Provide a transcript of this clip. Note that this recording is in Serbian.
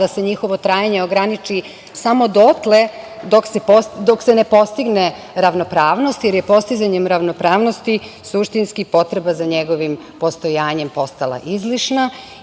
da se njihovo trajanje ograniči samo dotle dok se ne postigne ravnopravnost jer je postizanjem ravnopravnosti suštinski potreba za njegovim postojanjem postala izlišna